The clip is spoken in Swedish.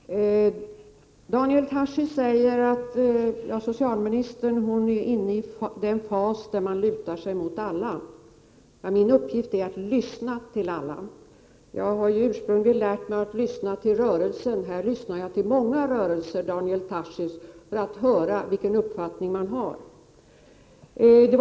Herr talman! Daniel Tarschys säger att ”socialministern är inne i en fas då hon lyssnar på alla”. Men min uppgift är att lyssna till alla. Jag har ursprungligen lärt mig att lyssna till rörelsen. Här, Daniel Tarschys, lyssnar jag till många rörelser för att få veta vilken uppfattning som råder.